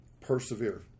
Persevere